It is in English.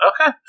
Okay